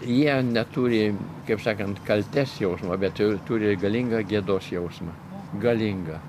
jie neturi kaip sakant kaltės jausmo bet jie turi galingą gėdos jausmą galingą